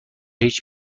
هیچ